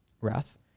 wrath